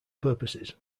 purposes